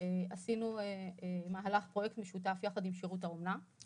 עשינו מהלך פרויקט משותף יחד עם שירות האומנה,